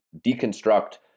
deconstruct